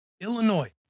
Illinois